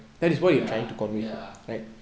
ya ya